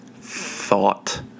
thought